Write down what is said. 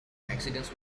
accidents